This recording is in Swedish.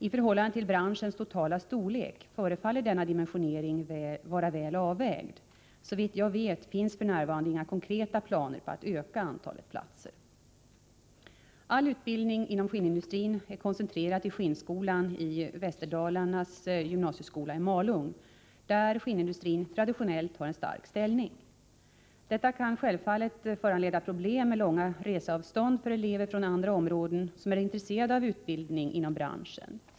I förhållande till branschens totala storlek förefaller denna dimensionering vara väl avvägd. Såvitt jag vet finns f.n. inga konkreta planer på att öka antalet platser. All utbildning inom skinnindustrin är koncentrerad till ”skinnskolan” i Västerdalarnas gymnasieskola i Malung, där skinnindustrin traditionellt har en stark ställning. Detta kan självfallet föranleda problem med långa reseavstånd för elever från andra områden som är intresserade av utbildning inom branschen.